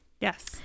Yes